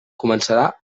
començarà